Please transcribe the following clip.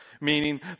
meaning